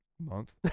month